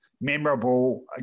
memorable